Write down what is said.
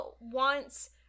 wants